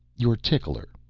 your tickler.